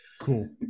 Cool